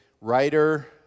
writer